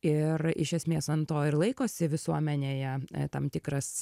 ir iš esmės ant to ir laikosi visuomenėje tam tikras